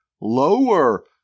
lower